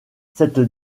cette